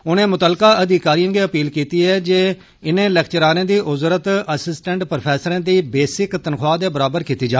उनें मुत्तलका अधिकारियें गी अपील कीती ऐ जे इनें लैकचरारें दी उजरत अस्सिटैन्ट प्रोफैसरें दी बैस्कि तनख्वाह दे बराबर कीती जा